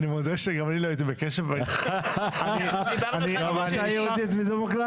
איך נטפל באחוז, שניים או ב-0.2%